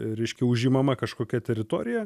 reiškia užimama kažkokia teritorija